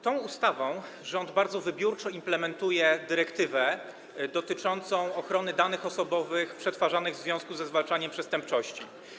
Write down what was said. Tą ustawą rząd bardzo wybiórczo implementuje dyrektywę dotyczącą ochrony danych osobowych przetwarzanych w związku ze zwalczaniem przestępczości.